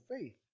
faith